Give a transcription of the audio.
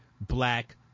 black